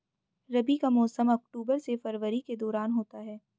रबी का मौसम अक्टूबर से फरवरी के दौरान होता है